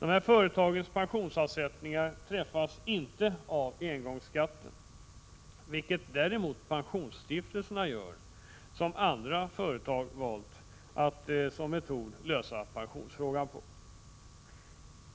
Dessa företags pensionsavsättningar träffas inte av engångsskatten, vilket däremot blir fallet när det gäller pensionsstiftelser — något som andra företag valt som metod för att lösa pensionsfrågan.